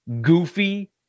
goofy